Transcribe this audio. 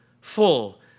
full